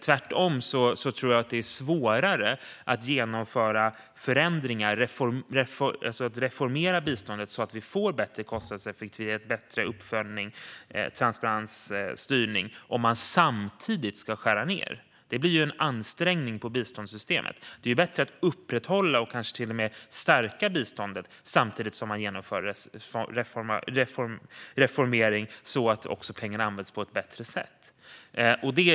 Jag tror tvärtom att det är svårare att genomföra förändringar - att reformera biståndet så att vi får bättre kostnadseffektivitet, bättre uppföljning, transparens och styrning - om man samtidigt ska skära ned på biståndet. Det blir en ansträngning på biståndssystemet. Det är bättre att upprätthålla och kanske till och med stärka biståndet samtidigt som man genomför en reformering så att pengarna används på ett bättre sätt. Herr talman!